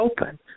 open